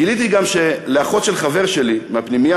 גיליתי גם שאצל האחות של חבר שלי מהפנימייה,